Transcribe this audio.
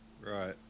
right